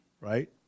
right